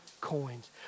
coins